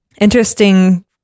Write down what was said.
interesting